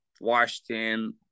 Washington